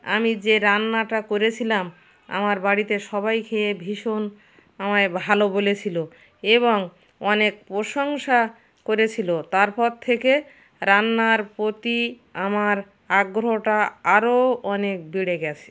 আমি যে রান্নাটা করেছিলাম আমার বাড়িতে সবাই খেয়ে ভীষণ আমায় ভালো বলেছিলো এবং অনেক প্রশংসা করেছিলো তারপর থেকে রান্নার প্রতি আমার আগ্রহটা আরো অনেক বেড়ে গেছে